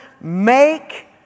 make